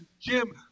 Jim